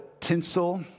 tinsel